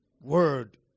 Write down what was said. word